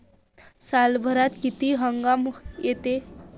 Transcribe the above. सालभरात किती हंगाम येते?